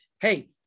Hey